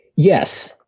yes.